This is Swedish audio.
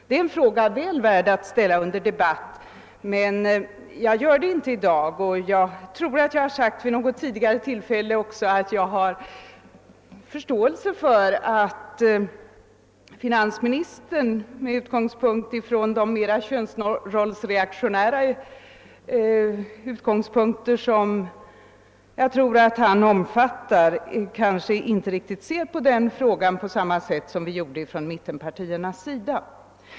Det är en fråga som är väl värd att ställas under debatt, men jag skall inte göra det i dag. Jag har vid något tidigare tillfälle sagt att jag hyser förståelse för att finansministern med utgångspunkt i de mera könsrollsreaktionära synpunkter som jag tror att han omfattar inte ser på den frågan riktigt på samma sätt som vi gjort och gör i mittenpartierna.